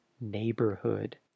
neighborhood